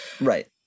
right